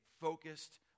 focused